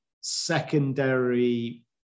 secondary